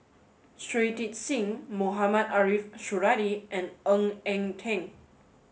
Shui Tit Sing Mohamed Ariff Suradi and Ng Eng Teng